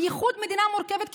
בייחוד מדינה מורכבת כישראל.